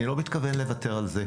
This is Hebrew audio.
אני לא מתכוון לוותר על זה.